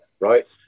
Right